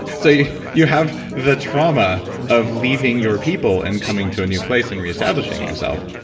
so you you have the trauma of leaving your people and coming to a new place and reestablishing yourself.